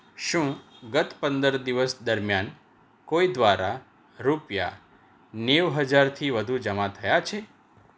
શું ગત પંદર દિવસ દરમિયાન કોઈ દ્વારા રૂપિયા નેવુ હજારથી વધુ જમા થયાં છે